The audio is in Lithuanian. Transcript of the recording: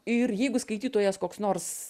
o ir jeigu skaitytojas koks nors